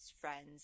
friends